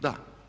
Da.